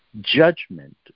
judgment